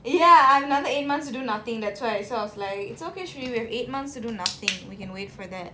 ya another eight months do nothing that's why so I was like it's okay shuri we have eight months to do nothing we can wait for that